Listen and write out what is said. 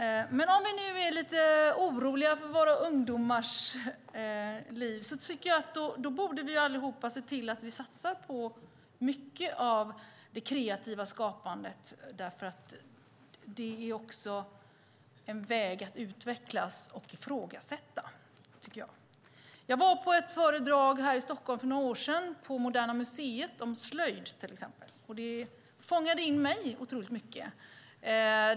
Om vi nu är lite oroliga för våra ungdomars liv tycker jag att vi allihop borde se till att vi satsar på mycket av det kreativa skapandet. Det är också en väg att utvecklas och ifrågasätta, tycker jag. Jag var till exempel på ett föredrag på Moderna museet här i Stockholm för några år sedan om slöjd. Det fångade mig otroligt mycket.